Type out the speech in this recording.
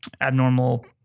abnormal